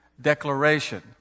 declaration